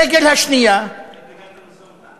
הרגל השנייה, התנגדת למשא-ומתן?